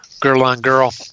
girl-on-girl